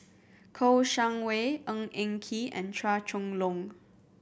Kouo Shang Wei Ng Eng Kee and Chua Chong Long